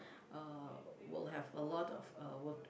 uh will have a lot of uh work